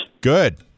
good